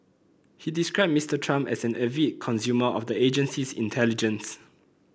he described Mister Trump as an avid consumer of the agency's intelligence